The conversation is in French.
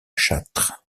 châtre